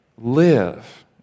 live